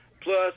Plus